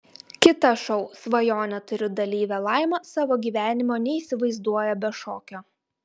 kita šou svajonę turiu dalyvė laima savo gyvenimo neįsivaizduoja be šokio